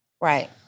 Right